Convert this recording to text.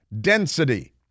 density